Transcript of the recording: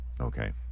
Okay